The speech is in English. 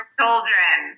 children